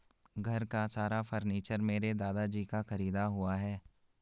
घर का सारा फर्नीचर मेरे दादाजी का खरीदा हुआ है